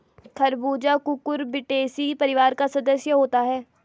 खरबूजा कुकुरबिटेसी परिवार का सदस्य होता है